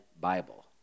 Bible